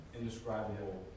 indescribable